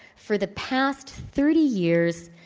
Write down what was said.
for the past thirty years,